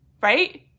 right